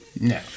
No